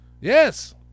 Yes